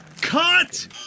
Cut